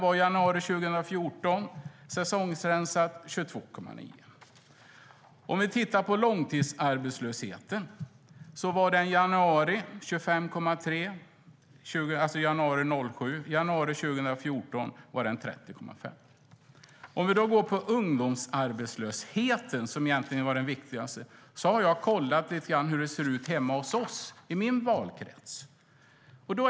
I januari 2014 var den, säsongsrensad, 22,9 procent. Vi kan titta på långtidsarbetslösheten. Den var 25,3 procent i januari 2007. I januari 2014 var den 30,5 procent. Vi kan gå till ungdomsarbetslösheten, som egentligen är det viktigaste. Jag har kollat lite grann hur det ser ut i min valkrets.